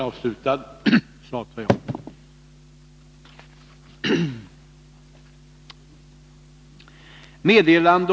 Herr talman!